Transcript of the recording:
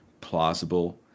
plausible